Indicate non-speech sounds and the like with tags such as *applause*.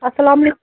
السلام *unintelligible*